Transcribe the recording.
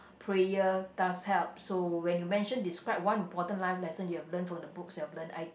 prayer does help so when you mention describe one important life lesson you've learnt from the books you've learnt I